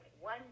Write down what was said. one